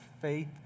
faith